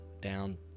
down